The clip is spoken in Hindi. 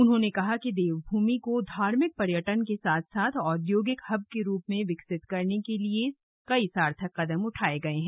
उन्होंने कहा कि देव भूमि को धार्मिक पर्यटन के साथ साथ औद्योगिक हब के रूप में विकसित करने के लिए कई सार्थक कदम उठाए गए हैं